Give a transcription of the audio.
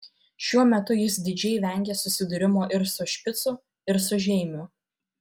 šiuo metu jis didžiai vengė susidūrimo ir su špicu ir su žeimiu